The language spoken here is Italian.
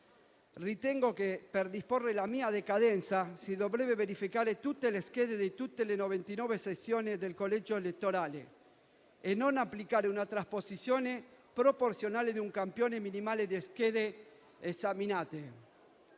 Ritengo che per disporre la mia decadenza si dovrebbero verificare tutte le schede di tutte le 99 sezioni del collegio elettorale e non applicare la trasposizione proporzionale di un campione minimale delle schede esaminate.